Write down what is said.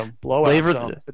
blowout